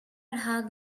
had